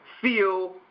feel